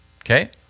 okay